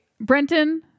Brenton